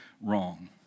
wrong